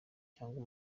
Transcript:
cyangwa